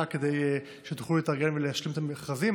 כדי שתוכלו להתארגן ולהשלים את המכרזים.